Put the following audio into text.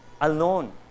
alone